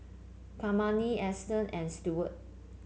Kymani Easton and Stewart